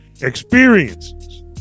experiences